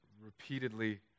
repeatedly